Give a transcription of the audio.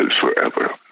forever